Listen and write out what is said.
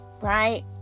right